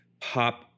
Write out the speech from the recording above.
pop